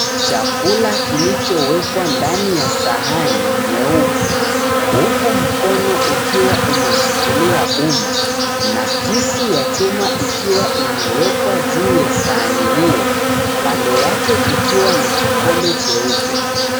Chakula kilichowekwa ndani ya sahani nyeupe , huku mkono ukiwa umeshikilia umma na kisu ya chuma ikiwa 𝑖mewekwa ju ya sahani hiyo, kando yake kukiwa na kikombe cheupe.